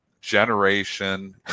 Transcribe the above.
generation